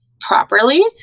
properly